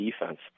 defense